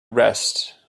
rest